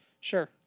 sure